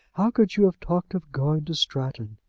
how could you have talked of going to stratton?